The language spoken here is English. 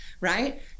right